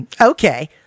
okay